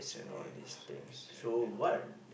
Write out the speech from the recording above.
yes yes and that thing